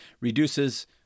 reduces